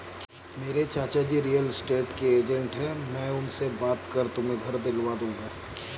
मेरे चाचाजी real estate के एजेंट है मैं उनसे बात कर तुम्हें घर दिलवा दूंगा